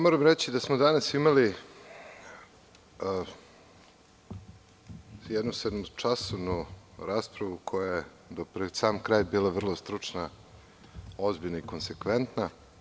Mislim da smo danas imali jednu sedmočasovnu raspravu koja je, do pred sam kraj, bila vrlo stručna, ozbiljna i konsekventna.